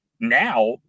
now